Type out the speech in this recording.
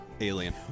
Alien